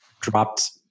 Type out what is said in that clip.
dropped